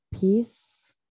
peace